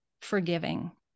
forgiving